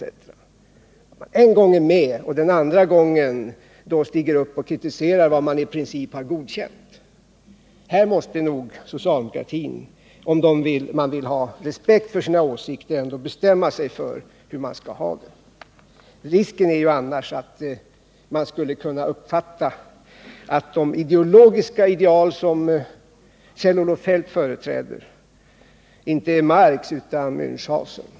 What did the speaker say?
så, att man den ena gången är med om ett beslut men den andra gången stiger upp och kritiserar vad man i princip har godkänt. Här måste socialdemokraterna, om de vill bli respekterade för sina åsikter, bestämma sig för hur de skall ha det — risken är annars att man skulle kunna uppfatta dem så att de ideologiska ideal som Kjell-Olof Feldt företräder inte är Marx ideal utan Mänchhausens.